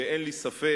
שאין לי ספק